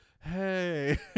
hey